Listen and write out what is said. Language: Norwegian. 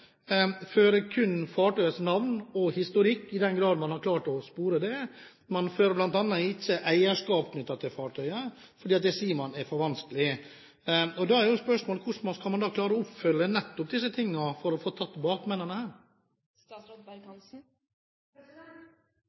fører kun fartøyets navn og historikk – i den grad man har klart å spore det. Man fører ikke eierskap knyttet til fartøyet, for det sier man er for vanskelig. Da er jo spørsmålet: Hvordan skal man da klare å oppfylle nettopp disse tingene for å få tatt